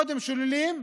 קודם שוללים,